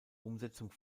umsetzung